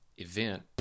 event